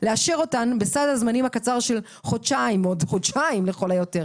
לאשר אותן בסד הזמנים הקצר של חודשיים לכל היותר.